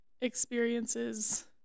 experiences